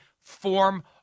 form